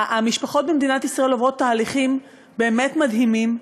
המשפחות במדינת ישראל עוברות תהליכים באמת מדהימים,